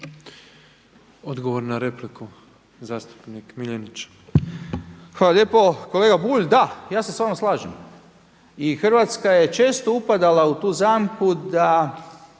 Odgovor na repliku zastupnik Miljenić. **Miljenić, Orsat (SDP)** hvala lijepo. Kolega Bulj, da, ja se s vama slažem i Hrvatska je često upadala u tu zamku da